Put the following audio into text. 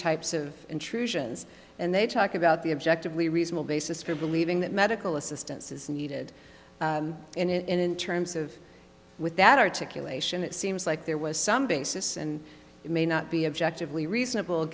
types of intrusions and they talk about the objectively reasonable basis for believing that medical assistance is needed and in terms of with that articulation it seems like there was some basis and it may not be objective we reasonable